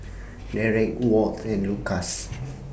Dereck Walt and Lukas